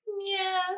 yes